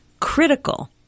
critical